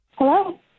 Hello